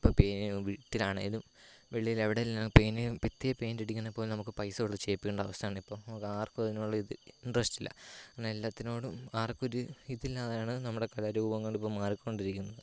ഇപ്പോൾ വീട്ടിലാണേലും വെളിയിലെവിടേലും പെയിൻറ്റിങ് ഭിത്തി പെയിൻ്റ് അടിക്കണേൽ പോലും നമുക്ക് പൈസ കൊടുത്തു ചെയ്യിപ്പിക്കേണ്ട അവസ്ഥയാണിപ്പോൾ നമുക്കാർക്കും അതിനുള്ള ഇത് ഇൻ്ററസ്റ്റ് ഇല്ല പിന്നെ എല്ലാത്തിനോടും ആർക്കും ഒരു ഇതില്ലാതെയാണ് നമ്മുടെ കലാരൂപങ്ങളിപ്പം മാറിക്കൊണ്ടിരിക്കുന്നത്